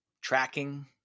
tracking